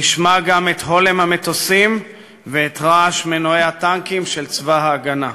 נשמע גם את הולם המטוסים ואת רעש מנועי הטנקים של צבא ההגנה.